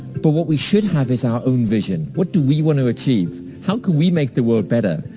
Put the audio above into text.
but, what we should have is our own vision. what do we want to achieve? how could we make the world better?